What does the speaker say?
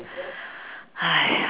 !haiya!